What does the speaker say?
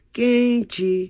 Quente